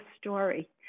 story